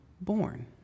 born